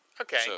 Okay